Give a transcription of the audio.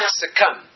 succumb